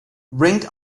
ringed